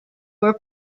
were